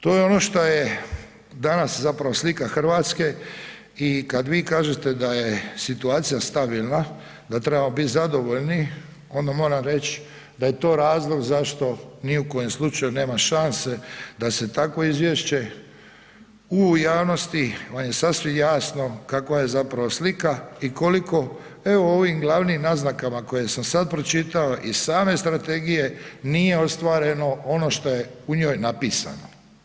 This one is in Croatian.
To je ono što je danas zapravo slika Hrvatske i kad vi kažete da je situacija stabilna, da trebamo biti zadovoljni, onda moram reći da je to razlog zašto ni u kojem slučaju nema šanse da se takvo izvješće u javnosti, pa vam je sasvim jasno kakva je zapravo slika i koliko, evo, u ovim glavnim naznakama koje sam sad pročitao iz same strategije nije ostvareno ono što je u njoj napisano.